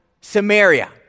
Samaria